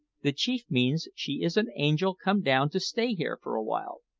the chief means she is an angel come down to stay here for a while.